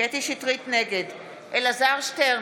נגד אלעזר שטרן,